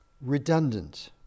redundant